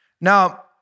now